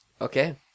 Okay